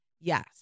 yes